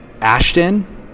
Ashton